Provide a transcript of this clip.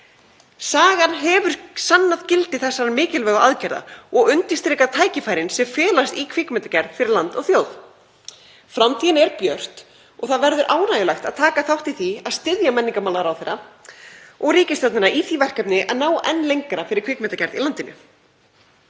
Sagan hefur sannað gildi þessara mikilvægu aðgerða og undirstrikað tækifærin sem felast í kvikmyndagerð fyrir land og þjóð. Framtíðin er björt og það verður ánægjulegt að taka þátt í því að styðja menningarmálaráðherra og ríkisstjórnina í því verkefni að ná enn lengra fyrir kvikmyndagerð í landinu.